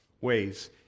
ways